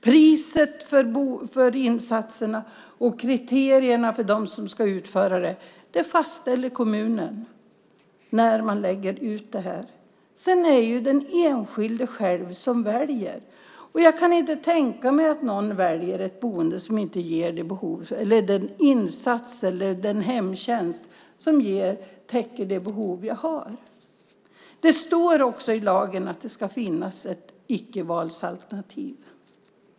Priset för insatserna och kriterierna för dem som ska utföra insatserna fastställs av kommunen när de läggs ut. Sedan är det den enskilde som själv väljer. Jag kan inte tänka mig att någon väljer ett boende som inte ger den insats eller hemtjänst som täcker de behov man har. Det står också i lagen att det ska finnas ett icke-valsalternativ.